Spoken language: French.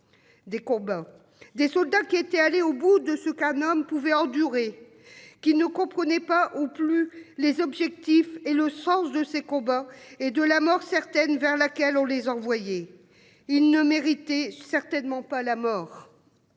Des combats. Des soldats qui étaient allés au bout de ce qu'un homme pouvait endurer. Qu'il ne comprenait pas au plus les objectifs et le sens de ces combats et de la mort certaine vers laquelle on les envoyer. Il ne méritait certainement pas la mort.